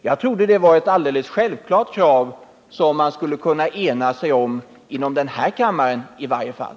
Jag trodde det var ett alldeles självklart krav, som man skulle kunna ena sig om i den här kammaren i varje fall.